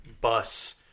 bus